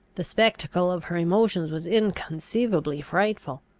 the spectacle of her emotions was inconceivably frightful.